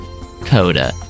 Coda